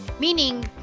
Meaning